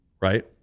right